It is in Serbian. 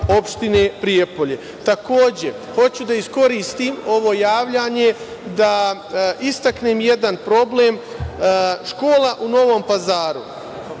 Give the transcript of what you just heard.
opštine Prijepolje. Takođe, hoću da iskoristim ovo javljanje da istaknem jedan problem. Škola u Novom Pazaru